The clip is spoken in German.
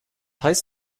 heißt